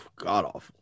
god-awful